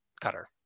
Cutter